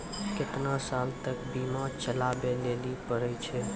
केतना साल तक बीमा चलाबै लेली पड़ै छै?